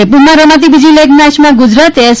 જયપુરમાં રમાતી બીજી લીગ મેચમાં ગુજરાતે એસ